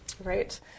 Right